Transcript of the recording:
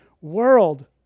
world